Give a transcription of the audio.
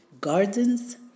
gardens